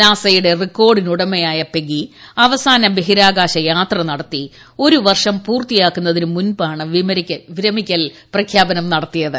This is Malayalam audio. നാസയുടെ റെക്കോഡിന് ഉടമയായ പെഗ്ഗി അവസാന ബഹിരാകാശ യാത്ര നടത്തി ഒരു വർഷം പൂർത്തിയാക്കുന്നതിന് മുമ്പാണ് വിരമിക്കൽ പ്രഖ്യാപനം നടത്തിയത്